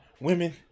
Women